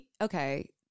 Okay